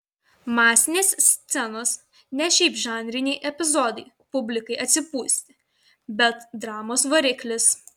masinės scenos ne šiaip žanriniai epizodai publikai atsipūsti bet dramos variklis